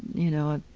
you know, it